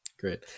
Great